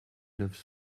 neuf